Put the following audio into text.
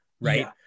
right